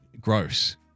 gross